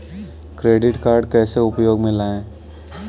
Credit card कैसे उपयोग में लाएँ?